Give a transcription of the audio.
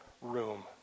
room